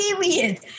Period